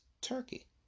turkey